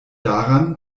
daran